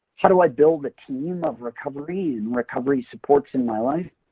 how do i build a team of recovery and recovery supports in my life?